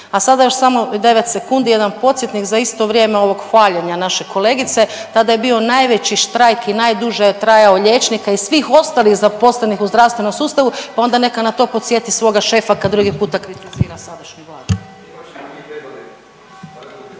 A sada još samo 9 sekundi, jedan podsjetnik za isto vrijeme ovog hvaljenja naše kolegice, tada je bio najveći štrajk i najduže je trajao liječnika i svih ostalih zaposlenih u zdravstvenom sustavu, pa onda neka na to podsjeti svoga šefa kad drugi puta kritizira sadašnju Vladu.